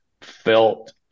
felt